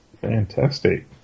Fantastic